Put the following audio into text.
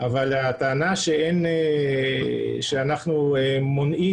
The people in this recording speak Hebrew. אבל הטענה שאנחנו מונעים